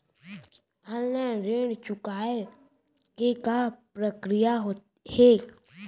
Online ऋण चुकोय के का प्रक्रिया हे?